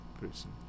person